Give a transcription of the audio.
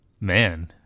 Man